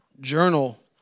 journal